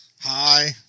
Hi